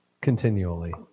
continually